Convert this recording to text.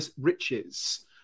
riches